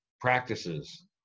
practices